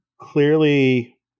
clearly